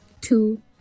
two